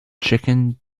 chicken